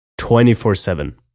24-7